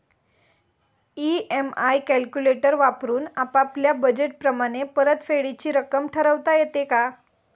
EMI calculator वापरून आपापल्या budget प्रमाणे परतफेडीची रक्कम ठरवता येते का?